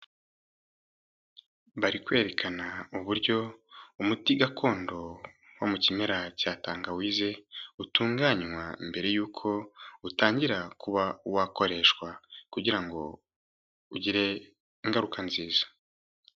Bari kwerekana uburyo umuti gakondo wo mu kimera cya tangawize utunganywa mbere y'uko utangira kuba wakoreshwa, kugira ngo ugire ingaruka nziza.